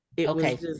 Okay